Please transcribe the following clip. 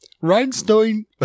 Rhinestone